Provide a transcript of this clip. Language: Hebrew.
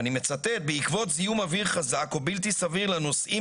ואני מצטט: בעקבות זיהום אוויר חזק או בלתי סביר לנוסעים